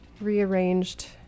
rearranged